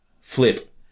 flip